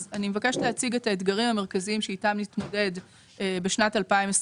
אני מבקשת להציג את האתגרים המרכזיים אתם נתמודד בשנת 2023: